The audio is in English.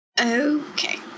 okay